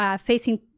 facing